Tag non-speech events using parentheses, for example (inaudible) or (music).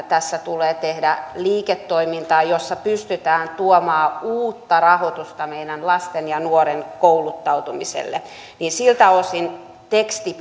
(unintelligible) tässä tulee tehdä liiketoimintaa jossa pystytään tuomaan uutta rahoitusta meidän lasten ja nuorten kouluttautumiselle niin siltä osin tekstin (unintelligible)